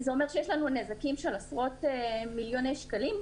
זה אומר שיש לנו נזקים של עשרות מיליוני שקלים.